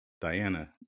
Diana